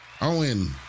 Owen